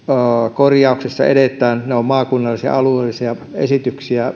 korjauksessa edetään ne ovat maakunnallisia alueellisia esityksiä